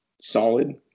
solid